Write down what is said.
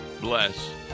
bless